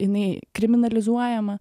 jinai kriminalizuojama